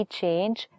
change